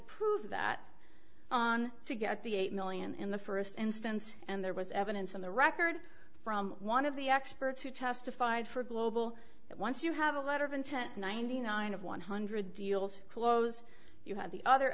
prove that to get the eight million in the first instance and there was evidence on the record from one of the experts who testified for global that once you have a letter of intent ninety nine of one hundred deals close you have the other